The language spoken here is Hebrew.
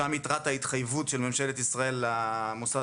שם יתרת ההתחייבות של ממשלת ישראל למוסד